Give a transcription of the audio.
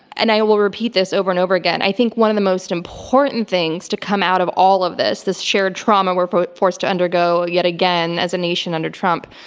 and i will repeat this over and over again, i think one of the most important things to come out of all of this, this shared trauma we're but forced to undergo, yet again, as a nation under trump,